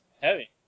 heavy